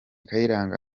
kayiranga